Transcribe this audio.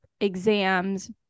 exams